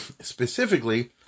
specifically